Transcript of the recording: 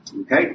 Okay